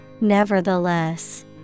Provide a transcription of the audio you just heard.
Nevertheless